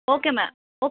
okay ma'am oak